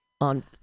on